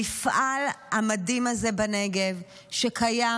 המפעל המדהים הזה בנגב, שקיים